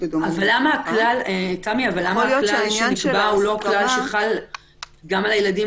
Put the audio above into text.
אז למה הכלל שנקבע הוא לא כלל שחל גם על הילדים